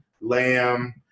Lamb